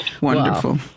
Wonderful